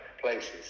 places